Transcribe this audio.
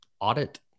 audit